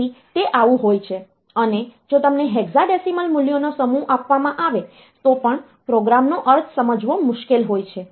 તેથી તે આવું હોય છે અને જો તમને હેક્સાડેસિમલ મૂલ્યોનો સમૂહ આપવામાં આવે તો પણ પ્રોગ્રામ નો અર્થ સમજવો મુશ્કેલ હોય છે